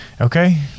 Okay